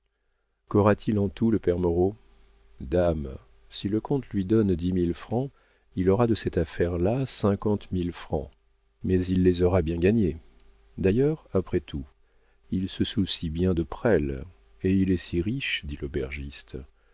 quaura t il en tout le père moreau dame si le comte lui donne dix mille francs il aura de cette affaire-là cinquante mille francs mais il les aura bien gagnés d'ailleurs après tout il se soucie bien de presles et il est si riche dit l'aubergiste